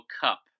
cup